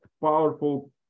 powerful